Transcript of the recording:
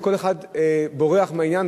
וכל אחד בורח מהעניין,